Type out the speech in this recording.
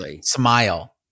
smile